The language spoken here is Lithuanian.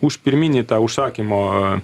už pirminį tą užsakymo